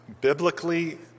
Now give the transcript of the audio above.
biblically